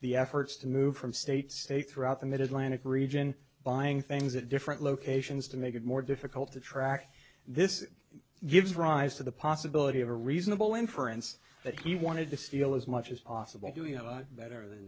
the efforts to move from state state throughout the mid atlantic region buying things at different locations to make it more difficult to track this gives rise to the possibility of a reasonable inference that he wanted to steal as much as possible doing a lot better than